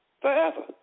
Forever